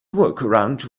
workaround